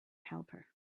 helper